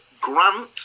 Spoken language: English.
Grant